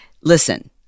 Listen